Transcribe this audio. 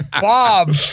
Bob